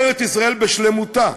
ארץ-ישראל בשלמותה,